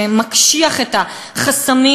שמקשיח את החסמים.